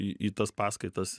į į tas paskaitas